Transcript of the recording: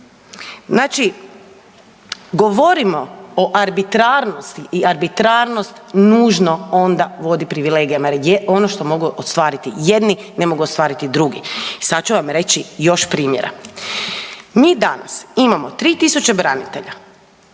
Znači govorimo o arbitrarnosti i arbitrarnost nužno ono vodi privilegijama jer ono što mogu ostvariti jedni ne mogu ostvariti drugi i sad ću vam reći još primjera. Mi danas imamo 3000 branitelja